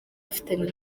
afitanye